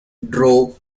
drove